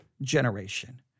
generation